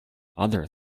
other